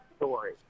story